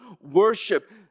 worship